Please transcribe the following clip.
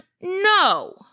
No